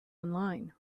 online